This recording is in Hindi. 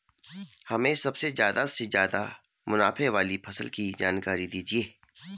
हमें सबसे ज़्यादा से ज़्यादा मुनाफे वाली फसल की जानकारी दीजिए